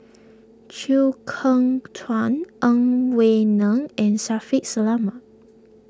Chew Kheng Chuan Ang Wei Neng and Shaffiq Selamat